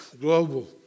global